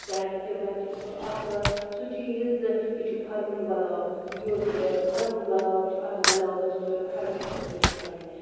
کیازکہِ بَچہِ چھُ اکھ سُہ چیٖز یہِ چھُ پھوٚلوُن گۄلاب یُس پھوٚلوُن گۄلاب چھُ اتھ گۄلابِس چھُ ہَر وَقتہٕ رٲچھ کَرٕنۍ